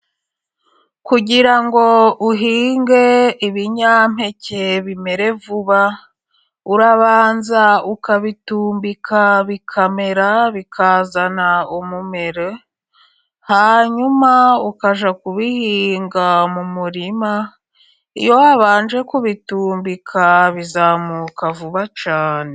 Kugira ngo uhinge ibinyampeke bimere vuba urabanza ukabitumbika bikamera bikazana umumero hanyuma ukajya kubihinga mu murima, iyo wabanje kubitumbika bizamuka vuba cyane.